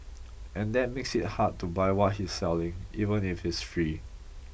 and that makes it hard to buy what he's selling even if it's free